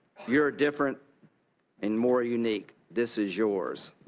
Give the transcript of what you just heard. you are different and more unique. this is yours.